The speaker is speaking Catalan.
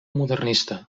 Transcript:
modernista